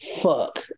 Fuck